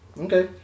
Okay